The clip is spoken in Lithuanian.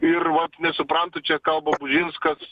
ir vat nesuprantu čia kalba bužinskas